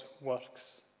works